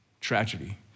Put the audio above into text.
tragedy